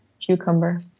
cucumber